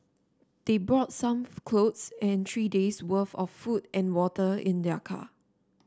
they brought some clothes and three days worth of food and water in their car